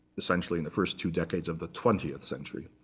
essentially, in the first two decades of the twentieth century.